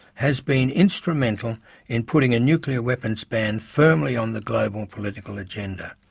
has been instrumental in putting a nuclear weapons ban firmly on the global political agenda.